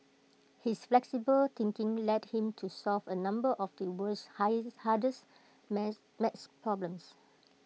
his flexible thinking led him to solve A number of the world's hardest maths maths problems